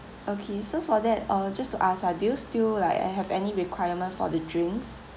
okay so for that uh just to ask ah do you still like have any requirement for the drinks